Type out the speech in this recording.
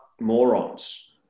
morons